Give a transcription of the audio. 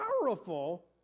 powerful